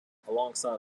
alongside